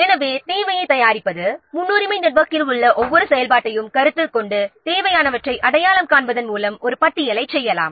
எனவே முன்னுரிமை நெட்வொர்க்கில் உள்ள ஒவ்வொரு செயல்பாட்டையும் கருத்தில் கொண்டு தேவையானவற்றை அடையாளம் காண்பதன் மூலம் ஒரு பட்டியலை தயார் செய்யலாம்